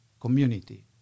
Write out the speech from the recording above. Community